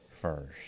first